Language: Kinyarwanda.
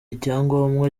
icyangombwa